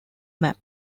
map